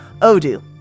odoo